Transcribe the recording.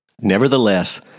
Nevertheless